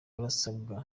barasabwa